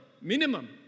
minimum